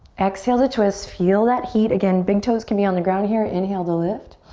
exhale to twist. feel that heat. again, big toes can be on the ground here. inhale to lift.